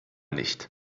nicht